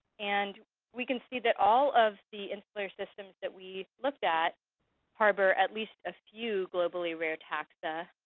and we can see that all of the insular systems that we looked at harbor at least a few globally rare taxa.